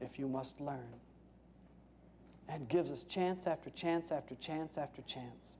if you must learn that gives us a chance after chance after chance after chance